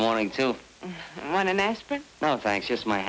morning to run an aspirin no thanks just my